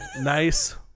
nice